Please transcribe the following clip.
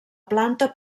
planta